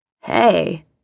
Hey